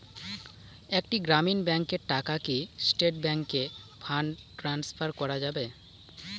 একটি গ্রামীণ ব্যাংকের টাকা কি স্টেট ব্যাংকে ফান্ড ট্রান্সফার করা যাবে?